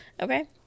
okay